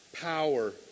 power